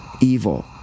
Evil